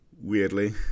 weirdly